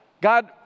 God